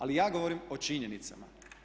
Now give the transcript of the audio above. Ali ja govorim o činjenicama.